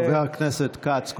חבר הכנסת כץ.